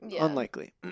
unlikely